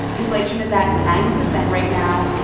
inflation is at nine percent right now.